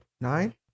Nine